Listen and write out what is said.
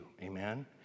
amen